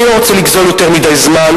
אני לא רוצה לגזול יותר מדי זמן,